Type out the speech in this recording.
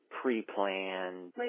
pre-planned